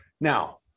Now